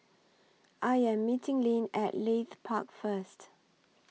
I Am meeting Lyn At Leith Park First